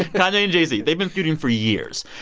kanye and jay-z yeah they've been feuding for years.